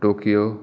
Tokyo